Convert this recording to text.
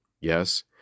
yes